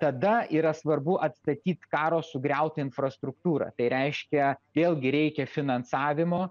tada yra svarbu atstatyt karo sugriautą infrastruktūrą tai reiškia vėlgi reikia finansavimo